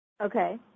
Okay